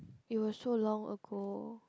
it was so long ago